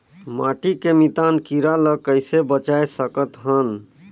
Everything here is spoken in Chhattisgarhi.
माटी के मितान कीरा ल कइसे बचाय सकत हन?